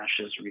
ashes